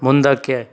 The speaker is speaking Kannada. ಮುಂದಕ್ಕೆ